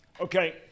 Okay